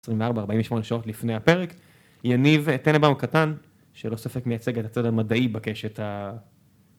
24-48 שעות לפני הפרק, יניב טטנבאום קטן, שללא ספק מייצג את הצד המדעי בקשת ה...